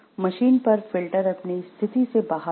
machine पर filter अपनी स्थिति से बाहर हो गया